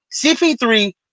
CP3